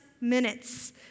minutes